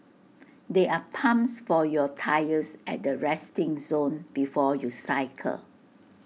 there are pumps for your tyres at the resting zone before you cycle